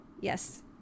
yes